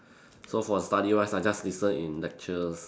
so for study wise I just listen in lectures